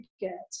get